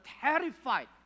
terrified